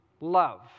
love